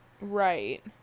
Right